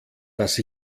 dass